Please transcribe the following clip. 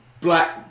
black